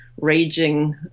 raging